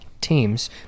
teams